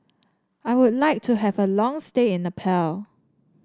I would like to have a long stay in Nepal